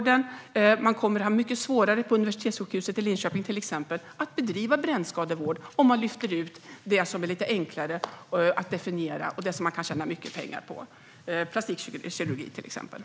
Det kommer att vara mycket svårare till exempel vid universitetssjukhuset i Linköping att bedriva brännskadevård om man lyfter ut det som är lite enklare att definiera och det som man kan tjäna mycket pengar på, till exempel plastikkirurgi.